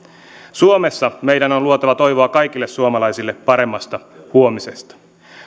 suomessa meidän on luotava toivoa kaikille suomalaisille paremmasta huomisesta